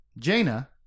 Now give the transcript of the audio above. Jaina